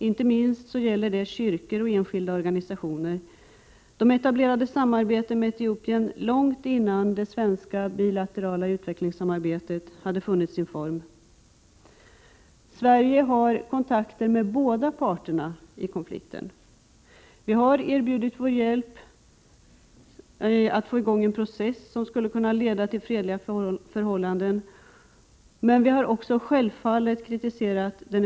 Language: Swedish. Inte minst gäller detta kyrkor och enskilda organisationer, som etablerade samarbete med Etiopien långt innan det svenska bilaterala utvecklingssamarbetet hade funnit sin form. Sverige har kontakter med båda parterna i konflikten. Vi har erbjudit vår hjälp för att få i gång en process som kan leda till fredliga förhållanden, men vi har självfallet också kritiserat den etiopiska — Prot.